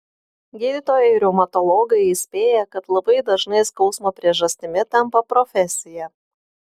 gydytojai reumatologai įspėja kad labai dažnai skausmo priežastimi tampa profesija